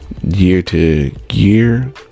year-to-year